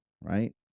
right